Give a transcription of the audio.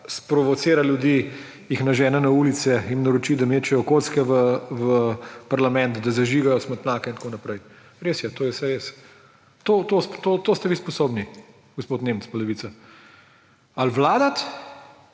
sprovocira ljudi, jih nažene na ulice in naroči, da mečejo kocke v parlament, da zažigajo smetnjake in tako naprej. Res je, to je vse res. To ste vi sposobni, gospod Nemec pa levica. Ali vladati;